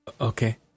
Okay